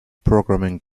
programming